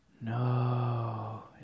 No